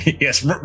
Yes